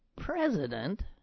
president